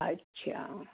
अच्छा